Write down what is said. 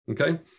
Okay